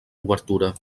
obertura